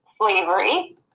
slavery